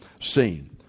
seen